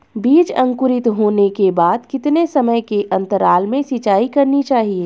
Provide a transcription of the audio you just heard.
बीज अंकुरित होने के बाद कितने समय के अंतराल में सिंचाई करनी चाहिए?